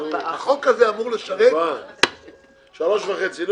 החוק הזה אמור לשרת --- שלושה וחצי חודשים.